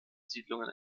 siedlungen